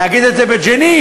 להגיד את זה בג'נין,